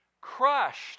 crushed